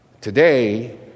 Today